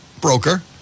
broker